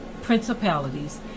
principalities